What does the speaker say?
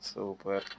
Super